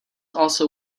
also